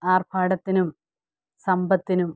ആർഭാടത്തിനും സമ്പത്തിനും